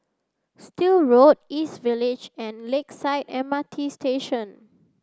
Still Road East Village and Lakeside M R T Station